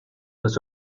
was